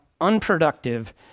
unproductive